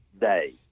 day